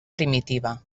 primitiva